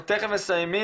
אנחנו תכף מסיימים.